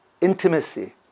intimacy